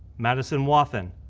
madison wathen,